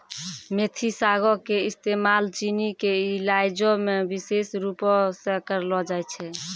मेथी सागो के इस्तेमाल चीनी के इलाजो मे विशेष रुपो से करलो जाय छै